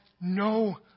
no